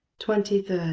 twenty three.